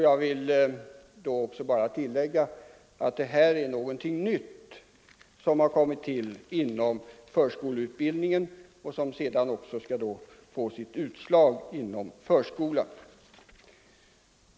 Jag vill bara tillägga att detta är något nytt inom förskoleutbildningen och att det kommer att ge utslag i förskolans verksamhet.